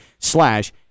slash